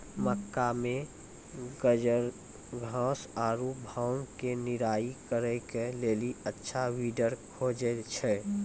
मक्का मे गाजरघास आरु भांग के निराई करे के लेली अच्छा वीडर खोजे छैय?